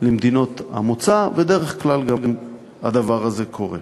למדינות המוצא ובדרך כלל הדבר הזה קורה.